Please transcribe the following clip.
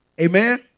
Amen